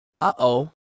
Uh-oh